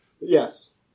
Yes